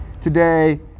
Today